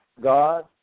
God